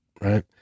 right